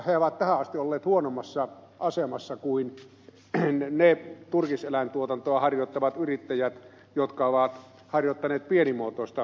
he ovat tähän asti olleet huonommassa asemassa kuin ne turkiseläintuotantoa harjoittavat yrittäjät jotka ovat harjoittaneet pienimuotoista turkiseläinkasvatusta